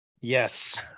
Yes